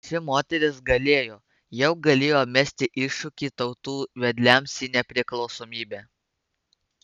ši moteris galėjo jau galėjo mesti iššūkį tautų vedliams į nepriklausomybę